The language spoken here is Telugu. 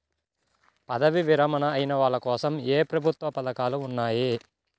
పదవీ విరమణ అయిన వాళ్లకోసం ఏ ప్రభుత్వ పథకాలు ఉన్నాయి?